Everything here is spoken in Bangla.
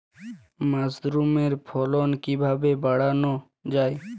মাসরুমের ফলন কিভাবে বাড়ানো যায়?